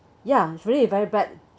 ya very very bad